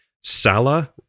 Sala